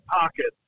pockets